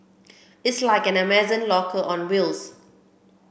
it's like an Amazon locker on wheels